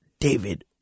David